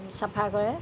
চাফা কৰে